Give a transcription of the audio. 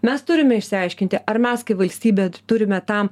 mes turime išsiaiškinti ar mes kai valstybė turime tam